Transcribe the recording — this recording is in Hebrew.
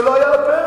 זה לא היה על הפרק.